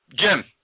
Jim